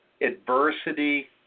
adversity